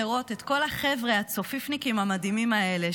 לראות את כל החבר'ה הצופיפניקים המדהימים האלה,